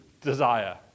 desire